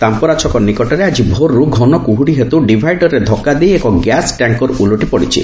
ତାମ୍ପରା ଛକ ନିକଟରେ ଆକି ଭୋର୍ରୁ ଘନକୁହୁଡ଼ି ହେତୁ ଡିଭାଇଡରେ ଧକ୍କା ଦେଇ ଏକ ଗ୍ୟାସ ଟ୍ୟାଙ୍କର ଓଲଟି ପଡିଛି